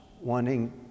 wanting